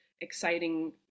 exciting